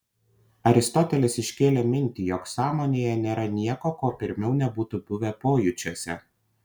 aristotelis iškėlė mintį jog sąmonėje nėra nieko ko pirmiau nebūtų buvę pojūčiuose